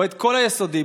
או בתקווה את כל היסודי,